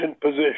position